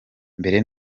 mbere